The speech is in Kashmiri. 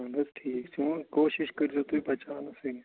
اَہَن حظ ٹھیٖک کوٗشِش کٔرۍزیٚو تُہۍ بچاونَسٕے